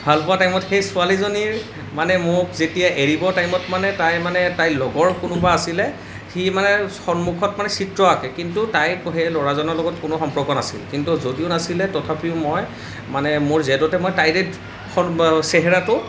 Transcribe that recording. ভালপোৱা টাইমত সেই ছোৱালীজনীৰ মানে মোক যেতিয়া এৰিব টাইমত মানে তাই মানে তাইৰ লগৰ কোনোবা আছিলে সি মানে সন্মুখত মানে চিত্ৰ আঁকে কিন্তু তাইৰ সেই ল'ৰাজনৰ লগত কোনো সম্পৰ্ক নাছিল কিন্তু যদিও নাছিলে তথাপিও মই মানে মোৰ জেদতে মই তাইৰে চেহেৰাটো